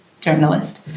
journalist